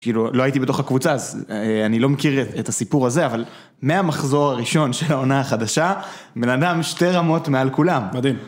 כאילו, לא הייתי בתוך הקבוצה אז אני לא מכיר את הסיפור הזה, אבל מהמחזור הראשון של העונה החדשה בן אדם שתי רמות מעל כולם. מדהים.